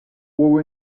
will